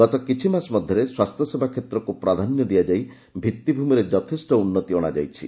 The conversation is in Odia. ଗତ କିଛିମାସ ମଧ୍ୟରେ ସ୍ୱାସ୍ଥ୍ୟସେବା କ୍ଷେତ୍ରକୁ ପ୍ରାଧାନ୍ୟ ଦିଆଯାଇ ଭିଭିଭୂମିରେ ଯଥେଷ୍ଟ ଉନ୍ନତି ଅଶାଯାଇଛି